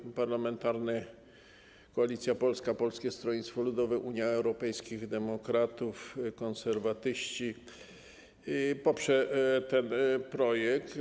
Klub Parlamentarny Koalicja Polska - Polskie Stronnictwo Ludowe, Unia Europejskich Demokratów, Konserwatyści poprze ten projekt.